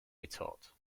retort